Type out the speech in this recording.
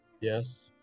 Yes